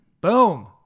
boom